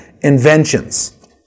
inventions